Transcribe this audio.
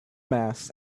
mass